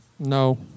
no